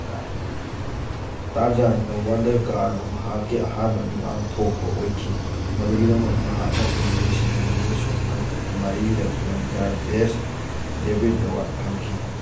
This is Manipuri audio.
by Tarzan the Wonder Car ꯃꯍꯥꯛꯀꯤ ꯑꯍꯥꯟꯕ ꯃꯤꯃꯥꯡ ꯊꯣꯛꯄ ꯑꯣꯏꯈꯤ ꯃꯗꯨꯒꯤꯗꯃꯛ ꯃꯍꯥꯛꯅ ꯏꯪ ꯂꯤꯁꯤꯡ ꯑꯅꯤꯒ ꯁꯨꯞꯅ ꯃꯔꯤꯗ Filmfare best debut award ꯐꯪꯈꯤ